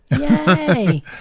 Yay